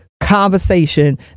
conversation